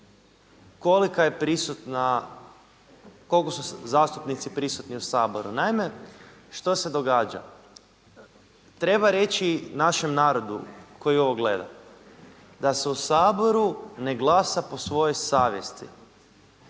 koliko su zastupnici prisutni u Saboru. Naime, što se događa? Treba reći našem narodu koji ovo gleda da se u Saboru ne glasa po svojoj savjesti,